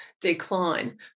decline